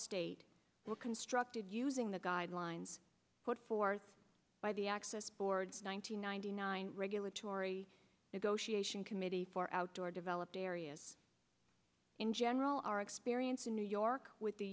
state were constructed using the guidelines put forth by the access board's nine hundred ninety nine regulatory negotiation committee for outdoor developed areas in general our experience in new york with the